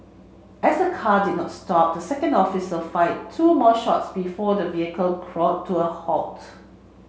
as the car did not stop the second officer fired two more shots before the vehicle crawled to a halt